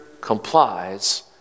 complies